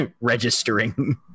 registering